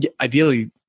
ideally